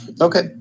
Okay